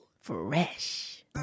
fresh